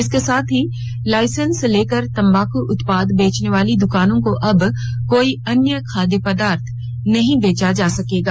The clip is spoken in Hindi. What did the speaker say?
इसके साथ ही लाइसेन्स लेकर तंबाकू उत्पाद बेचने वाली दुकानो को अब कोई अन्य खादय पदार्थ नहीं बेचा जा सकेगा